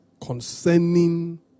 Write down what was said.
concerning